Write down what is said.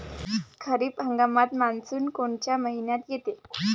खरीप हंगामात मान्सून कोनच्या मइन्यात येते?